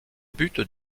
but